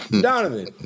Donovan